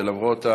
שלמרות,